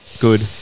Good